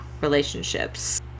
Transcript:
relationships